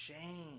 shame